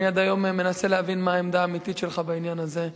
אני עד היום מנסה להבין מה העמדה האמיתית שלך בעניין הזה.